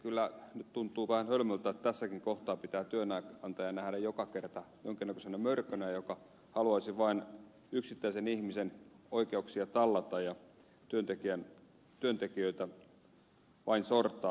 kyllä nyt tuntuu vähän hölmöltä että tässäkin kohtaa pitää työnantaja nähdä joka kerta jonkin näköisenä mörkönä joka haluaisi vain yksittäisen ihmisen oikeuksia tallata ja työntekijöitä vain sortaa